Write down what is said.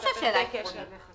ברור שהשאלה עקרונית.